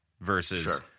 versus